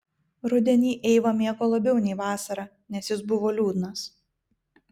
rudenį eiva mėgo labiau nei vasarą nes jis buvo liūdnas